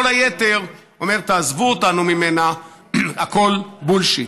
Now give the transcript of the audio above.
כל היתר אומרים: תעזבו אותנו ממנה, הכול בולשיט.